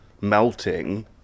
melting